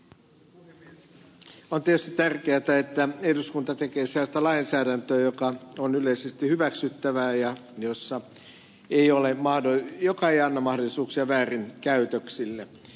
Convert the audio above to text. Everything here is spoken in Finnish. on tietysti tärkeätä että eduskunta tekee lainsäädäntöä joka on yleisesti hyväksyttävää ja joka ei anna mahdollisuuksia väärinkäytöksille